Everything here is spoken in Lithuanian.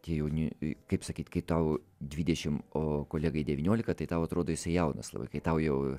tie jauni kaip sakyti kai tau dvidešimt o kolegai devyniolika tai tau atrodo jisai jaunas labai kai tau jau